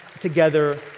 together